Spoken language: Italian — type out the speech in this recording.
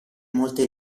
molte